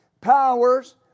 Powers